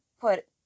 put